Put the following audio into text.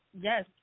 Yes